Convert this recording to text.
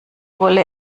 wolle